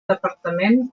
departament